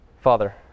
Father